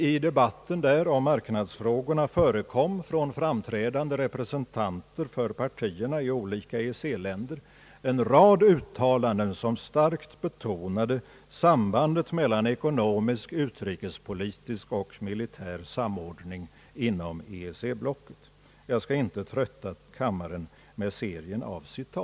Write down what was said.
I debatten där om marknadsfrågorna förekom från framträdande representanter för partierna i olika EEC-länder en rad uttalanden som starkt betonade sambandet mellan ekonomisk, utrikespolitisk och militär samordning inom EEC-blocket. Jag skall inte trötta kammaren med serien av. citat.